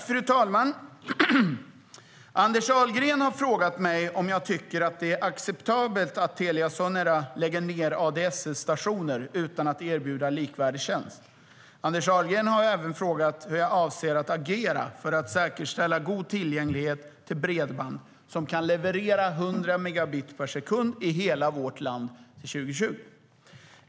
Fru talman! Anders Ahlgren har frågat mig om jag tycker att det är acceptabelt att Telia Sonera lägger ned ADSL-stationer utan att erbjuda likvärdig tjänst. Anders Ahlgren har även frågat hur jag avser att agera för att säkerställa god tillgänglighet till bredband som kan leverera 100 megabit per sekund i hela vårt land 2020.